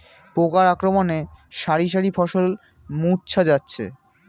পোকার আক্রমণে শারি শারি ফসল মূর্ছা যাচ্ছে